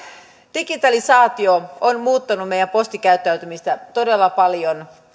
digitalisaatio on muuttanut meidän postikäyttäytymistä todella paljon